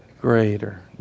Greater